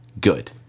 good